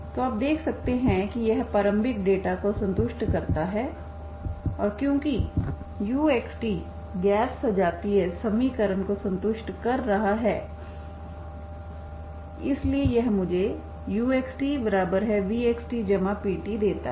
तो आप देख सकते हैं कि यह प्रारंभिक डेटा को संतुष्ट करता है और क्योंकि uxt गैर सजातीय समीकरण को संतुष्ट कर रहा है इसलिए यह मुझे uxtvxtp देता है